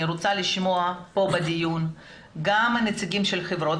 אני רוצה לשמוע בדיון כאן גם את נציגי החברות,